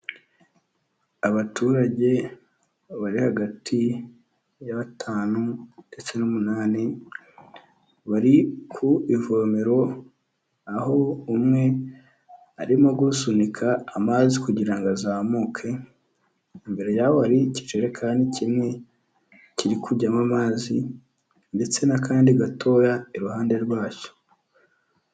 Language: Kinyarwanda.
Abaturage bari hagati ya batanu ndetse n'umunani, bari ku ivomero, aho umwe arimo gusunika amazi kugira ngo azamuke, imbere yabo hari ikicerikani kimwe kiri kujyamo amazi ndetse n'akandi gatoya iruhande rwacyo.